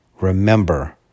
remember